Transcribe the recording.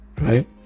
right